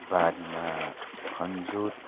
बारीमा खनजोत